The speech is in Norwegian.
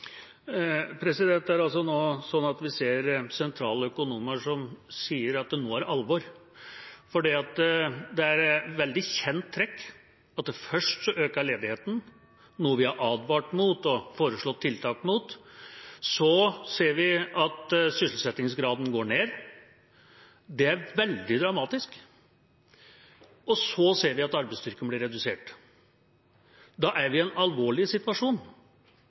Det er sånn at vi nå ser sentrale økonomer som sier at nå er det alvor. Det er et veldig kjent trekk at først øker ledigheten, noe vi har advart mot og foreslått tiltak mot, så ser vi at sysselsettingsgraden går ned – det er veldig dramatisk – og så ser vi at arbeidsstyrken blir redusert. Da er vi i en alvorlig situasjon.